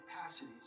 capacities